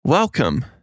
Welcome